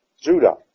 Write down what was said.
Judah